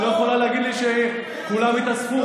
היא לא יכולה להגיד לי שכולם התאספו?